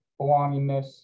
belongingness